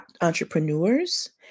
entrepreneurs